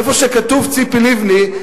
איפה שכתוב "ציפי לבני",